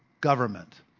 government